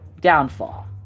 downfall